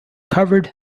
covered